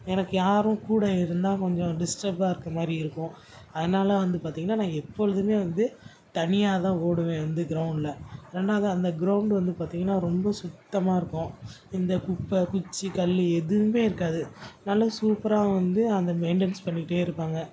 எனக்கு யாரும் கூட இருந்தால் கொஞ்சம் டிஸ்டர்ப்பாக இருக்கிற மாதிரி இருக்கும் அதனால் வந்து பார்த்திங்கனா நான் எப்பொழுதுமே வந்து தனியாக தான் ஓடுவேன் வந்து க்ரௌண்ட்டில் ரெண்டாது அந்த க்ரௌண்டு வந்து பார்த்திங்கனா ரொம்ப சுத்தமாக இருக்கும் இந்த குப்பை குச்சு கல்லு எதுவுமே இருக்காது நல்லா சூப்பராக வந்து அந்த மெயின்டென்ஸ் பண்ணிட்டே இருப்பாங்க